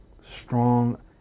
strong